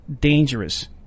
dangerous